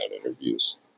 interviews